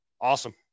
awesome